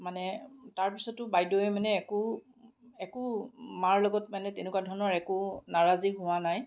মানে তাৰ পিছতো বাইদেৱে মানে একো একো মাৰ লগত মানে তেনেকুৱা ধৰণৰ একো নাৰাজি হোৱা নাই